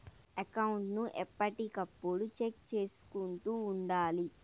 account ను ఎప్పటికప్పుడు check చేసుకుంటూ ఉండాలి